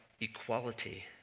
equality